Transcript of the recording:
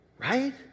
right